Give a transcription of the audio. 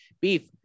beef